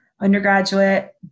undergraduate